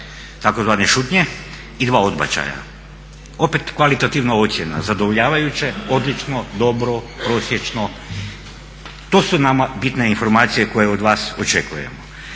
do tzv. šutnje i dva odbačaja. Opet kvalitativna ocjena zadovoljavajuće, odlično, dobro, prosječno. To su nama bitne informacije koje od vas očekujemo.